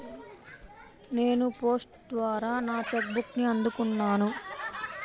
నేను పోస్ట్ ద్వారా నా చెక్ బుక్ని అందుకున్నాను